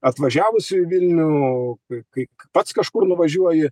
atvažiavusių į vilnių kai kai pats kažkur nuvažiuoji